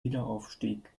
wiederaufstieg